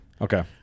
Okay